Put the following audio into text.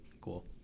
cool